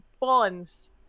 bonds